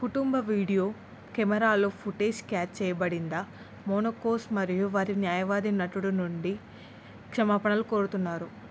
కుటుంబ వీడియో కెమెరాలో footage catch చేయబడిందా మోనోకోస్ మరియు వారి న్యాయవాది నటుడి నుండి క్షమాపణలు కోరుతున్నారు